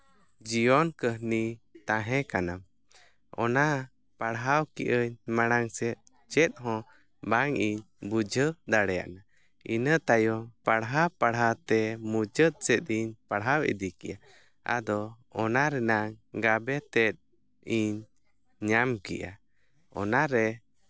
ᱡᱤᱭᱚᱱ ᱠᱟᱹᱦᱱᱤ ᱛᱟᱦᱮᱸᱠᱟᱱᱟ ᱚᱱᱟ ᱯᱟᱲᱦᱟᱣ ᱠᱮᱜᱼᱟᱹᱧ ᱢᱟᱲᱟᱝ ᱥᱮᱫ ᱪᱮᱫ ᱦᱚᱸ ᱵᱟᱝ ᱤᱧ ᱵᱩᱡᱷᱟᱹᱣ ᱫᱟᱲᱮᱭᱟᱜᱼᱟ ᱤᱱᱟᱹ ᱛᱟᱭᱚᱢ ᱯᱟᱲᱦᱟᱣ ᱯᱟᱲᱦᱟᱣ ᱛᱮ ᱢᱩᱪᱟᱹᱫ ᱥᱮᱫ ᱤᱧ ᱯᱟᱲᱦᱟᱣ ᱤᱫᱤ ᱠᱮᱜᱼᱟ ᱟᱫᱚ ᱚᱱᱟ ᱨᱮᱱᱟᱝ ᱜᱟᱵᱮ ᱛᱮᱫ ᱤᱧ ᱧᱟᱢ ᱠᱮᱜᱼᱟ ᱚᱱᱟ ᱨᱮ